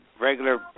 regular